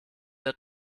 der